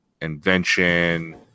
invention